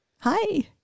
Hi